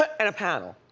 and a panel.